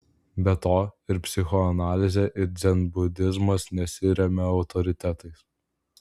be to ir psichoanalizė ir dzenbudizmas nesiremia autoritetais